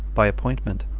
by appointment,